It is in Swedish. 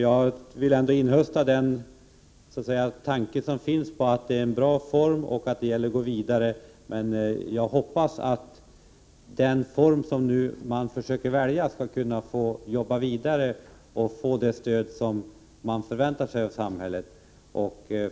Jag vill ändå som en vinst inhösta tanken på att det är en bra form. Jag hoppas att man för den form man väljer får det samhällsstöd som man förväntar sig.